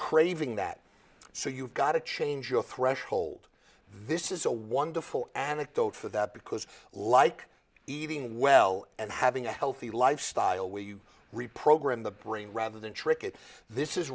craving that so you've got to change your threshold this is a wonderful anecdote for that because like eating well and having a healthy lifestyle where you reprogram the brain rather than trick it this is